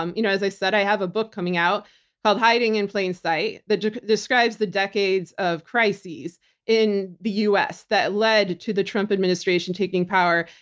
um you know as i said, i have a book coming out called hiding in plain sight that describes the decades of crises in the us that led to the trump administration taking power.